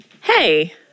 hey